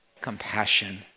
Compassion